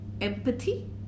empathy